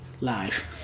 live